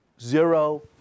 zero